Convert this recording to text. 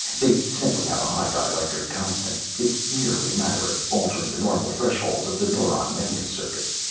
they simply have a high dielectric constant. it's merely a matter of altering the normal thresholds of the neuron memory-circuits.